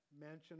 mansion